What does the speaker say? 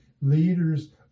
leaders